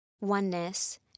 oneness